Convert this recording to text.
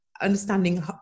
Understanding